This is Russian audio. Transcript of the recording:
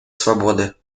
свободы